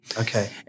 Okay